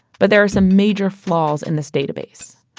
but there are some major flaws in this database.